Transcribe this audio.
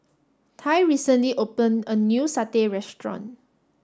Tai recently opened a new Satay Restaurant